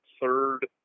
third